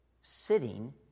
sitting